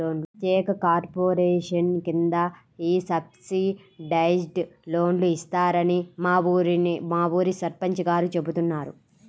ప్రత్యేక కార్పొరేషన్ కింద ఈ సబ్సిడైజ్డ్ లోన్లు ఇస్తారని మా ఊరి సర్పంచ్ గారు చెబుతున్నారు